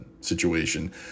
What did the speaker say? situation